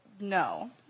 no